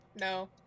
No